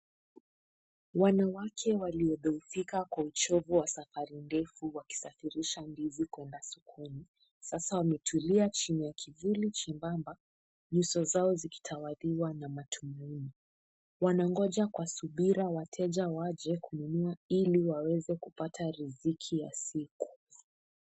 Wanawake waliodhoofika kwa uchovu wa safari ndefu wakisafirisha ndizi kwenda sokono. Sasa wametulia chini ya kivuli chembamba nyuso zao zikitawaliwa na matumaini. Wanangoja kwa subira wateja waje kununua ili waweze kupata riziki ya siku.